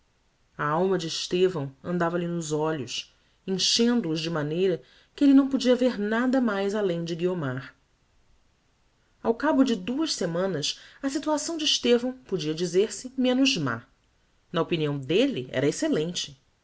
a alma de estevão andava lhe nos olhos enchendo os de maneira que elle não podia ver nada mais além de guiomar ao cabo de duas semanas a situação de estevão podia dízer se menos má na opinião delle era excellente